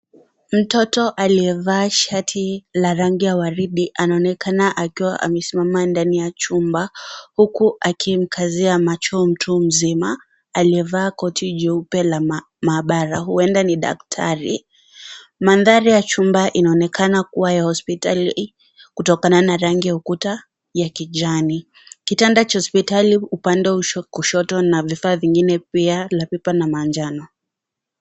Mtoto aliyevaa shati la rangi ya waridi anaonekana akiwa amesimama ndani ya chumba, huku akimkazia macho mtu mzima, aliyevaa koti jeupe la maabara. Huenda ni daktari. Mandhari ya chumbani inaonekana kuwa ya hospitali, kutokana na rangi ya ukuta ya kijani. Kitanda cha hospitali upande wa kushoto na vifaa vingine pia la pipa na manjano.